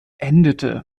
endete